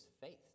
faith